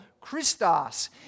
Christos